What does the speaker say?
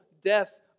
death